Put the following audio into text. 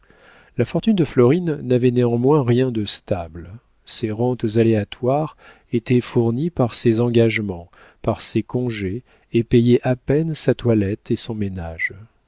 la fortune de florine n'avait néanmoins rien de stable ses rentes aléatoires étaient fournies par ses engagements par ses congés et payaient à peine sa toilette et son ménage